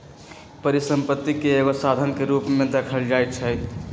परिसम्पत्ति के एगो साधन के रूप में देखल जाइछइ